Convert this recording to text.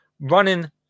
running